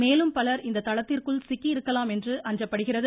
மேலும் பலர் இந்த தளத்திற்குள் சிக்கி இருக்கலாம் என அஞ்சப்படுகிறது